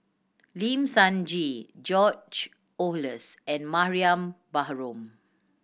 Lim Sun Gee George Oehlers and Mariam Baharom